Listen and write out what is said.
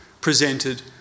presented